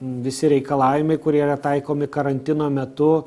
visi reikalavimai kurie yra taikomi karantino metu